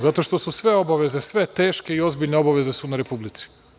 Zato što su sve obaveze, sve teške i ozbiljne obaveze na Republici.